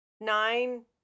nine